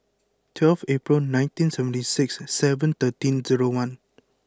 twelve April nineteen seventy six seven thirteen zero one